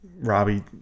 Robbie